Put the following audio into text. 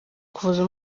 kuvuza